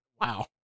Wow